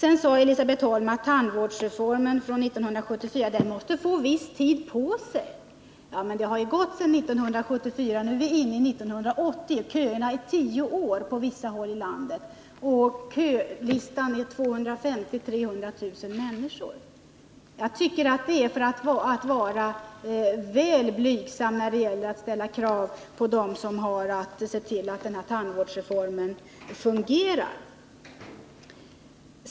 Elisabet Holm sade att tandvårdsreformen från 1974 måste få viss tid på sig. Ja, men det är ju lång tid som gått sedan 1974. Nu är vi inne i 1980 — väntetiden i köerna är tio år på vissa håll i landet, och kölistan omfattar 250 000-300 000 människor. Jag tycker att man är väl blygsam när det gäller att ställa krav på dem som har att se till att tandvårdsreformen fungerar.